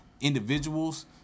individuals